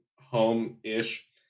home-ish